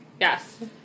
Yes